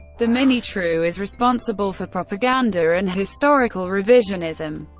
the minitrue is responsible for propaganda and historical revisionism.